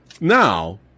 Now